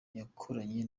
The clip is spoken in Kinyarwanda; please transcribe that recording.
yakoranye